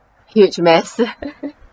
huge mess